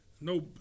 no